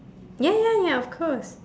ya ya ya of course